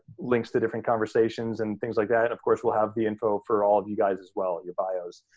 links to different conversations and things like that. and, of course, we'll have the info for all of you guys as well, your bios.